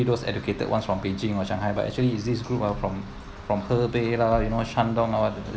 those educated ones from beijing or shanghai but actually is this group ah from from hebei lah you know shangdong ah